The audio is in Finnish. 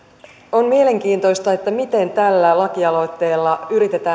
on mielenkiintoista miten tällä lakialoitteella yritetään